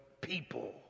people